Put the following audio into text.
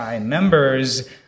members